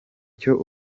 cyo